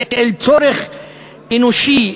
כאל צורך אנושי,